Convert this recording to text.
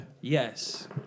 Yes